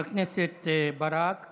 אבקש מחברי הכנסת לדחות